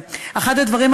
אחד הדברים,